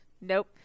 nope